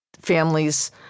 families